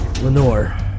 Lenore